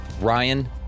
Ryan